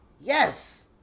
Yes